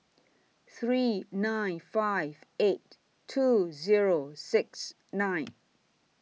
three nine five eight two Zero six nine